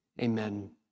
Amen